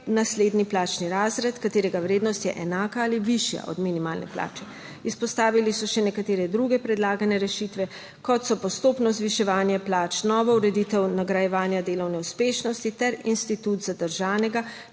naslednji plačni razred, katerega vrednost je enaka ali višja od minimalne plače. Izpostavili so še nekatere druge predlagane rešitve, kot so postopno zviševanje plač, novo ureditev nagrajevanja delovne uspešnosti ter institut zadržanega